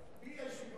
אני מציע את זה מעכשיו.